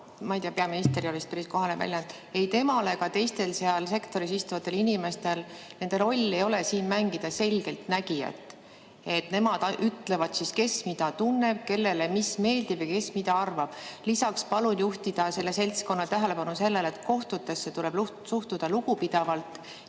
ma ei tea, "peaminister" ei ole vist päris kohane väljend –, et ei tema ega teiste seal sektoris istuvate inimeste roll ei ole mängida selgeltnägijat, et nemad ütlevad, kes mida tunneb, kellele mis meeldib ja kes mida arvab. Lisaks palun juhtida selle seltskonna tähelepanu sellele, et kohtutesse tuleb suhtuda lugupidavalt.